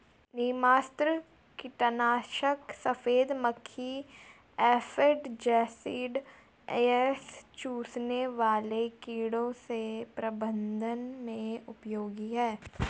नीमास्त्र कीटनाशक सफेद मक्खी एफिड जसीड रस चूसने वाले कीड़ों के प्रबंधन में उपयोगी है